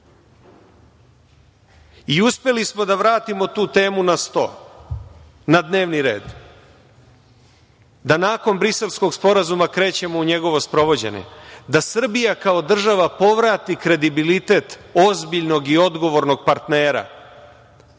to. Uspeli smo da vratimo tu temu na sto, na dnevni red, da nakon Briselskog sporazuma krećemo u njegovo sprovođenje, da Srbija kao država povrati kredibilitet ozbiljnog i odgovornog partnera